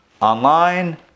Online